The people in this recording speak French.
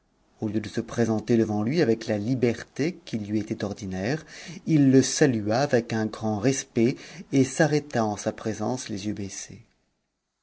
au lieu de se présenter devant lui avec la liberté qui lui était ordinaire il le salua avec un grand respect et s'arrêta en sa présence les yeux baissés